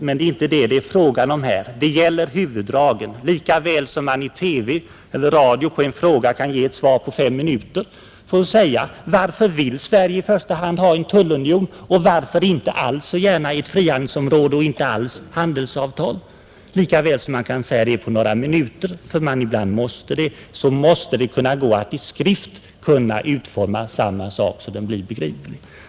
Men det är inte det som det är fråga om nu utan här gäller det huvuddragen. Lika väl som man i TV eller radio, därför att man är tvungen att göra det, på fem minuter kan ge svar på t.ex. frågan varför Sverige i första hand vill ha en tullunion, inte så gärna ett frihandelsområde och inte alls ett handelsavtal, så måste det kunna gå att i skrift utforma samma sak så att den blir begriplig.